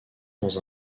dans